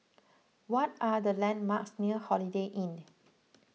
what are the landmarks near Holiday Inn